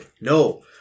No